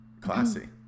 Classy